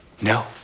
no